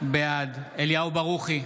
בעד אליהו ברוכי,